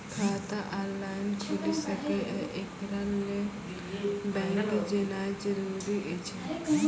खाता ऑनलाइन खूलि सकै यै? एकरा लेल बैंक जेनाय जरूरी एछि?